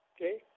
Okay